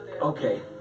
Okay